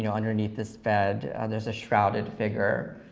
yeah underneath this bed, there's a shrouded figure